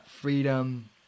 freedom